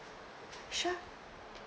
sure